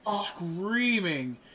screaming